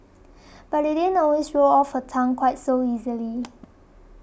but it didn't always roll off her tongue quite so easily